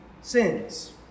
sins